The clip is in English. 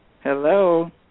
Hello